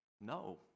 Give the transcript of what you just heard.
No